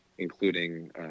including